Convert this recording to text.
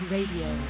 Radio